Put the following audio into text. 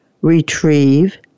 retrieve